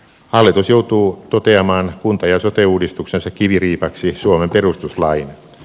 hallitus joutuu toteamaan kunta ja sote uudistuksensa kiviriipaksi suomen perustuslain